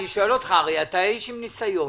הרי אתה איש עם ניסיון.